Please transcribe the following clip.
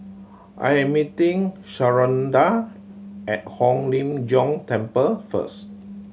I am meeting Sharonda at Hong Lim Jiong Temple first